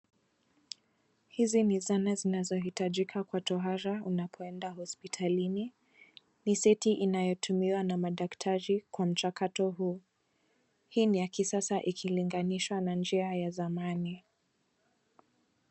Hizi ni zana zinazohitajika kutohara unapoenda hospitalini. Ni seti inayotumiwa na madaktari kwa mchakato huo. Hii ni ya kisasa ikilinganishwa na njia ya zamani.